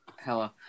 Hello